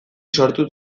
sortu